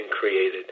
created